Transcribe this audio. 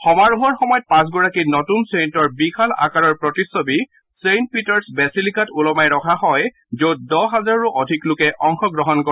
সমাৰোহৰ সময়ত পাঁচগৰাকী নতুন ছেইণ্টৰ বিশাল আকাৰৰ প্ৰতিচ্ছবি চেইণ্ট পিটাৰছ বেছিলিকাত ওলোমাই ৰখা হয় যত দহ হাজাৰৰো অধিক লোকে অংশগ্ৰঙণ কৰে